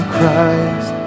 Christ